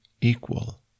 equal